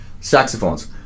saxophones